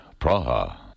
Praha. (